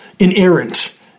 inerrant